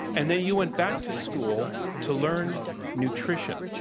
and then you went back to school to learn nutrition.